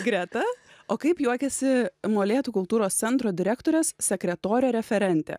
greta o kaip juokiasi molėtų kultūros centro direktorės sekretorė referentė